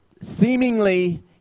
seemingly